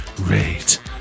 rate